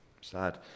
Sad